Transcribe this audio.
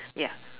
ya